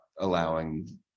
allowing